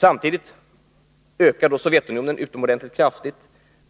Samtidigt ökar Sovjetunionen utomordentligt kraftigt